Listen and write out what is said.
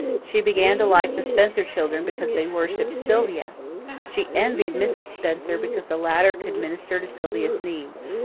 she began to like the spencer children because they worshipped sylvia she envied mrs. spencer because the latter could minister to sylvia's needs.